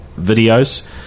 videos